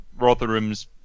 Rotherham's